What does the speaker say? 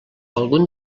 algun